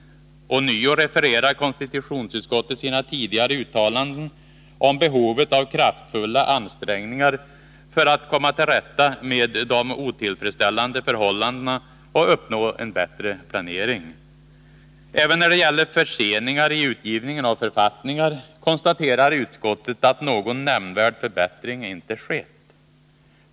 Ånyo refererar konstitutionsutskottet till sina tidigare uttalanden om behovet av kraftfulla ansträngningar för att komma till rätta med de otillfredsställande förhållandena och uppnå en bättre planering. Även när det gäller förseningar i utgivningen av författningar konstaterar utskottet att någon nämnvärd förbättring inte skett.